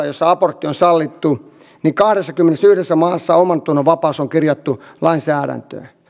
jossa abortti on sallittu kahdessakymmenessäyhdessä maassa omantunnon vapaus on kirjattu lainsäädäntöön